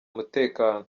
umutekano